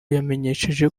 yamenyesheje